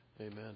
Amen